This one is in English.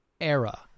era